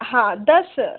हाँ दस